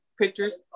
pictures